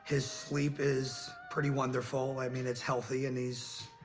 his sleep is pretty wonderful. i mean, it's healthy and he's,